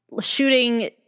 shooting